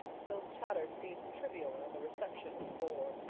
phil's chatter seemed trivial and the reception a bore.